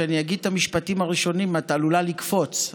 כשאני אגיד את המשפטים הראשונים את עלולה לקפוץ,